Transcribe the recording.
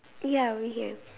ya we have